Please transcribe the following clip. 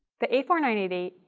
the a four nine eight eight,